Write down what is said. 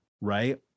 right